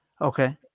Okay